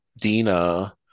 Dina